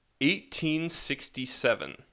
1867